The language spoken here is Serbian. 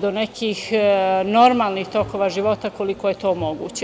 do nekih normalnih tokova života koliko je to moguće.